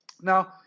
Now